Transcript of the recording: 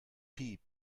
piep